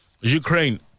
Ukraine